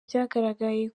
byagaragaye